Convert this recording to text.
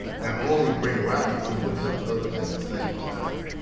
not only bring rodney home but help others at the same time?